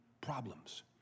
problems